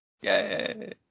Yay